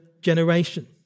generation